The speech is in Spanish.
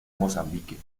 mozambique